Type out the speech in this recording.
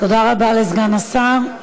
תודה רבה לסגן השר.